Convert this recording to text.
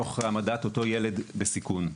תוך העמדת אותו ילד בסיכון.